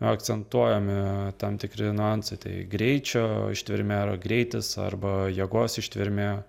akcentuojami tam tikri nuansai tai greičio ištvermė ir greitis arba jėgos ištvermė